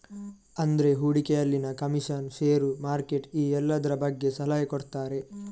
ಅಂದ್ರೆ ಹೂಡಿಕೆಯಲ್ಲಿನ commission, share, market ಈ ಎಲ್ಲದ್ರ ಬಗ್ಗೆ ಸಲಹೆ ಕೊಡ್ತಾರೆ